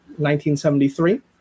1973